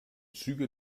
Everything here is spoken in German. züge